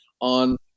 on